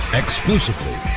exclusively